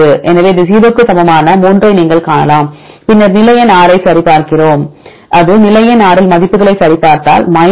எனவே இது 0 க்கு சமமான 3 ஐ நீங்கள் காணலாம் பின்னர் நிலை எண் 6 ஐ சரிபார்க்கிறோம் அது நிலை எண் 6 நாம் மதிப்புகளை சரிபார்த்தால் 0